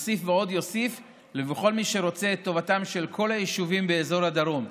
יוסיף ועוד יוסיף לכל מי שרוצה את טובתם של כל היישובים באזור הדרום.